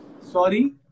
Sorry